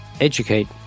educate